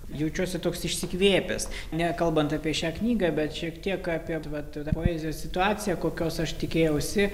jaučiuosi toks išsikvėpęs nekalbant apie šią knygą bet šiek tiek apie va tą poezijos situaciją kokios aš tikėjausi